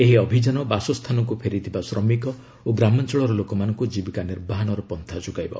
ଏହି ଅଭିଯାନ ବାସସ୍ଥାନକୁ ଫେରିଥିବା ଶ୍ରମିକ ଓ ଗ୍ରାମାଞ୍ଚଳର ଲୋକମାନଙ୍କୁ ଜୀବକା ନିର୍ବାହନର ପନ୍ତା ଯୋଗାଇବ